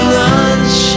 lunch